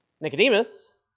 Nicodemus